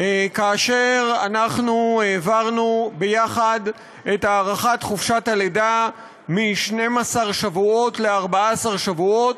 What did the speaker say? כאשר העברנו יחד את הארכת חופשת הלידה מ-12 שבועות ל-14 שבועות,